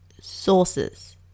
sources